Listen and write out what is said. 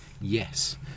Yes